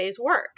work